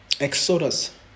Exodus